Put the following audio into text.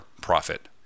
profit